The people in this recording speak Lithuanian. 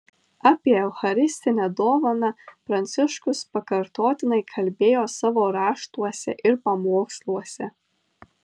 apie eucharistinę dovaną pranciškus pakartotinai kalbėjo savo raštuose ir pamoksluose